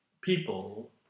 people